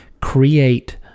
create